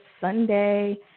Sunday